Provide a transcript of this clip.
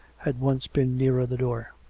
had once been nearer the door.